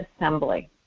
Assembly